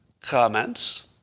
comments